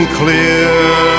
clear